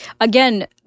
again